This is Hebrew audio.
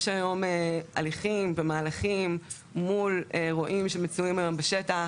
שיש היום הליכים ומהלכים מול רועים שמצויים היום בשטח,